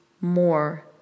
more